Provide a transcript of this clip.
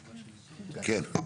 כן.